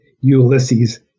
Ulysses